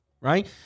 right